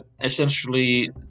essentially